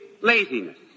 laziness